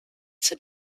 said